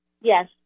Yes